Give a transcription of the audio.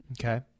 Okay